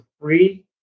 free